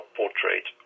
portrait